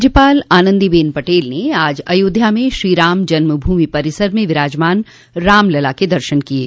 राज्यपाल आनन्दीबेन पटेल ने आज अयोध्या में श्रीराम जन्म भूमि परिसर में विराजमान रामलला के दर्शन किये